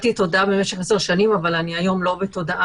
"תודעה" במשך עשר שנים, אבל היום אני לא ב"תודעה".